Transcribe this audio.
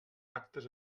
actes